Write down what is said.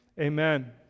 Amen